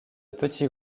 petits